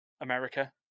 America